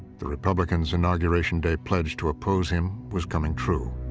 the republicans' inauguration day pledge to oppose him was coming true.